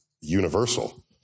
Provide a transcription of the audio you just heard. universal